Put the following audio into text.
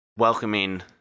welcoming